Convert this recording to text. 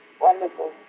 Wonderful